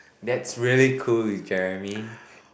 that's really cool you Jeremy